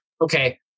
okay